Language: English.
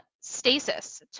stasis